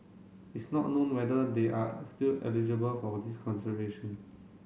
it's not known whether they are still eligible for this consideration